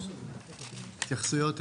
התייחסויות?